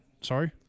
sorry